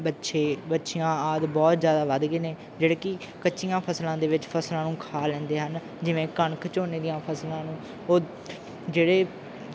ਵੱਛੇ ਵੱਛੀਆਂ ਆਦਿ ਬਹੁਤ ਜ਼ਿਆਦਾ ਵੱਧ ਗਏ ਨੇ ਜਿਹੜੇ ਕਿ ਕੱਚੀਆਂ ਫਸਲਾਂ ਦੇ ਵਿੱਚ ਫਸਲਾਂ ਨੂੰ ਖਾ ਲੈਂਦੇ ਹਨ ਜਿਵੇਂ ਕਣਕ ਝੋਨੇ ਦੀਆਂ ਫਸਲਾਂ ਨੂੰ ਉਹ ਜਿਹੜੇ